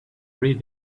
read